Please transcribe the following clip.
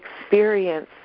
experience